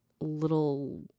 little